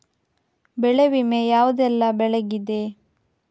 ಬೆಳೆ ವಿಮೆ ಯಾವುದೆಲ್ಲ ಬೆಳೆಗಿದೆ?